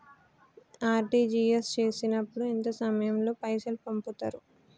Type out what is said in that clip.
RTGS చేసినప్పుడు ఎంత సమయం లో పైసలు పంపుతరు?